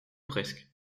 presque